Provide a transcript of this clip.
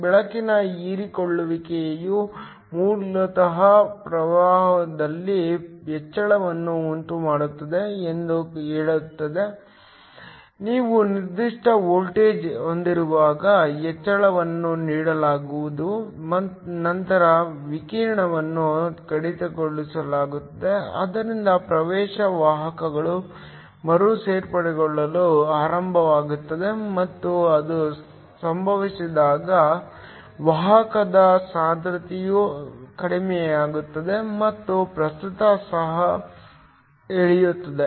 ಬೆಳಕಿನ ಹೀರಿಕೊಳ್ಳುವಿಕೆಯು ಮೂಲತಃ ಪ್ರವಾಹದಲ್ಲಿ ಹೆಚ್ಚಳವನ್ನು ಉಂಟುಮಾಡುತ್ತದೆ ಎಂದು ಹೇಳುತ್ತದೆ ನೀವು ನಿರ್ದಿಷ್ಟ ವೋಲ್ಟೇಜ್ ಹೊಂದಿರುವಾಗ ಹೆಚ್ಚಳವನ್ನು ನೀಡಲಾಗುವುದು ನಂತರ ವಿಕಿರಣವನ್ನು ಕಡಿತಗೊಳಿಸಲಾಗುತ್ತದೆ ಆದ್ದರಿಂದ ಪ್ರವೇಶ ವಾಹಕಗಳು ಮರುಸೇರ್ಪಡೆಗೊಳ್ಳಲು ಆರಂಭವಾಗುತ್ತದೆ ಮತ್ತು ಅದು ಸಂಭವಿಸಿದಾಗ ವಾಹಕದ ಸಾಂದ್ರತೆಯು ಕಡಿಮೆಯಾಗುತ್ತದೆ ಮತ್ತು ಪ್ರಸ್ತುತ ಸಹ ಇಳಿಯುತ್ತದೆ